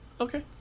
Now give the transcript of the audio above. Okay